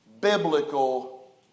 biblical